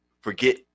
forget